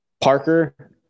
Parker